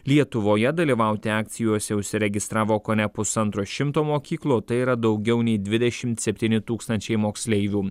lietuvoje dalyvauti akcijose užsiregistravo kone pusantro šimto mokyklų o tai yra daugiau nei dvidešimt septyni tūkstančiai moksleivių